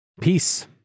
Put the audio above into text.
Peace